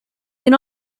can